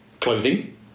clothing